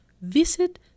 Visit